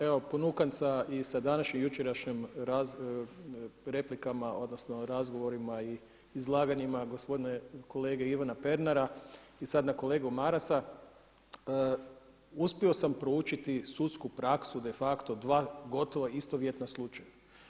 Evo ponukan sa i današnjim i jučerašnjim replikama odnosno razgovorima i izlaganjima gospodina kolege Ivana Pernara i sad na kolegu Marasa uspio sam proučiti sudsku praksu de facto dva gotovo istovjetna slučaja.